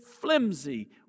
flimsy